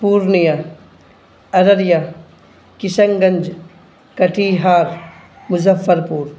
Purnia Araria Kishanganj Katihar Muzaffar پور